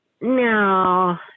No